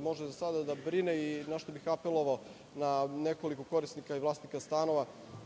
može za sada da brine i na šta bih apelovao na nekoliko korisnika i vlasnika stanova